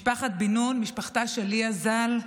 משפחת בן נון, משפחתה של ליה ז"ל,